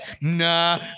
nah